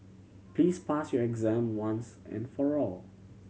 please pass your exam once and for all